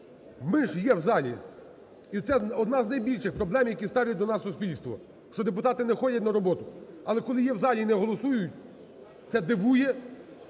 Ми ж є в залі, і це одна з найбільших проблем, яку ставить до нас суспільство, що депутати не ходять на роботу, але, коли є в залі і не голосують, це дивує,